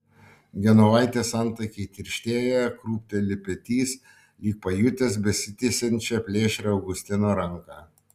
genovaitės antakiai tirštėja krūpteli petys lyg pajutęs besitiesiančią plėšrią augustino ranką